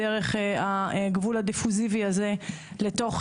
דרך הגבול הדיפוזיבי הזה לתוך